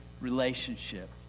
relationship